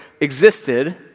existed